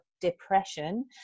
depression